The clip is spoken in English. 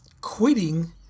quitting